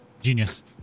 genius